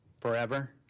forever